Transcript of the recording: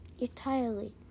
entirely